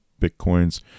bitcoins